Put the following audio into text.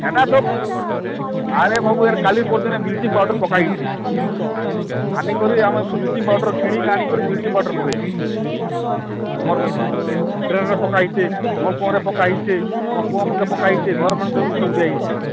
ହେଟା ତ ଆରେ ବାବୁ ଆର କାଲି ପରଦିନ ବ୍ଲିଚିଙ୍ଗ ପାଉଡ଼ର୍ ପକା ହେଇଛି ଆନିକରି ଆମେ ବ୍ଲିଚିଙ୍ଗ ପାଉଡ଼ର୍ କିଣିକି ଆଣିକରି ବ୍ଲିଚିଙ୍ଗ ପାଉଡ଼ର୍ ପକାଛୁ ଆମର ଡ୍ରେନ୍ରେ ପକା ହେଇଛେ ନଳକୂଅରେ ପକା ହେଇଛେ ଆମ କୂଅମାନଙ୍କେ ପକା ହେଇଛେ ଘରମାନଙ୍କେ ବି ସବୁ ଦିଆ ହେଇଛେ